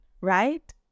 right